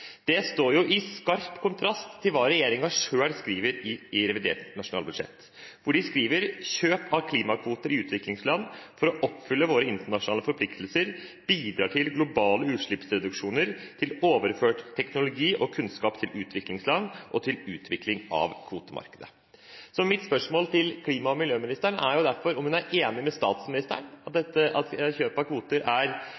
Det står i skarp kontrast til hva regjeringen selv skriver i revidert nasjonalbudsjett: «Kjøp av klimakvoter i utviklingsland, for å oppfylle våre internasjonale forpliktelser, bidrar til globale utslippsreduksjoner, til overføring av teknologi og kunnskap til utviklingsland og til utvikling av kvotemarkeder.» Mitt spørsmål til klima- og miljøministeren er derfor om hun er enig med statsministeren i at